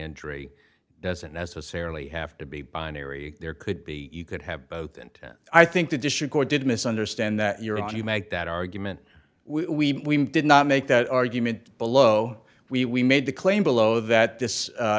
injury doesn't necessarily have to be binary there could be you could have both and i think the district court did misunderstand that you're on you make that argument we did not make that argument below we we made the claim below that this